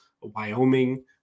Wyoming